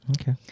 Okay